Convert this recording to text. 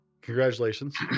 Congratulations